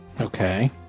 Okay